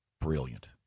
brilliant